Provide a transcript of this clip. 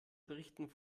berichten